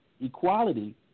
Equality